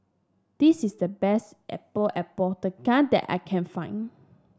this is the best Epok Epok that I can find